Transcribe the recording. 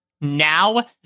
now